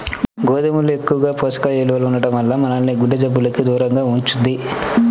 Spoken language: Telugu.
గోధుమల్లో ఎక్కువ పోషక విలువలు ఉండటం వల్ల మనల్ని గుండె జబ్బులకు దూరంగా ఉంచుద్ది